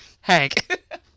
Hank